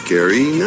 Gary